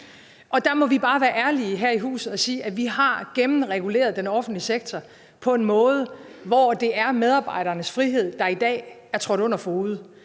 og der må vi bare være ærlige her i huset og sige, at vi har gennemreguleret den offentlige sektor på en måde, hvor det er medarbejdernes frihed, der i dag er trådt under fode.